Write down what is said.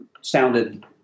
sounded